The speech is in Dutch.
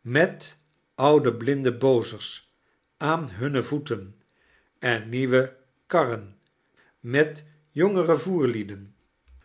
met oude blinde bozers aan hunne voeten en nieuwe karren met jongere voerlieden